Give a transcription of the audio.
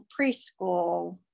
preschool